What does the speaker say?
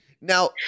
Now